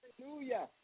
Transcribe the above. Hallelujah